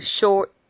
short